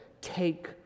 Take